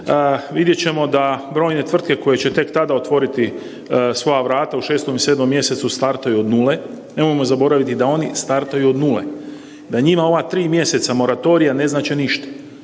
vidjet ćemo da brojne tvrtke koje će tek tada otvoriti svoja vrata u 6. i 7. mjesecu startaju od nule, nemojmo zaboraviti da oni startaju od nule da njima ova tri mjeseca moratorija ne znače ništa.